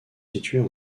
situées